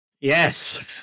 Yes